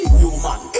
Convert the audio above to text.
human